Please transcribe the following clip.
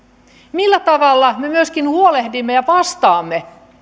millä tavalla me myöskin huolehdimme ja vastaamme